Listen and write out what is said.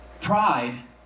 Pride